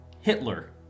Hitler